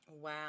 Wow